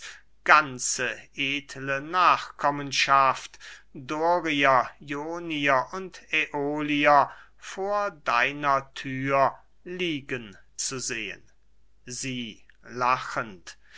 ganze edle nachkommenschaft dorier ionier und äolier vor deiner thür liegen zu sehen einige leser